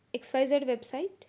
X Y Z website